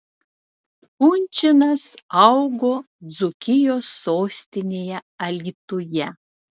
kunčinas augo dzūkijos sostinėje alytuje